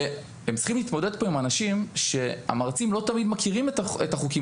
והם צריכים להתמודד פה עם אנשים שהמרצים לא תמיד מכירים את החוקים.